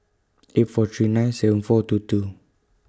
eight four three nine seven four two two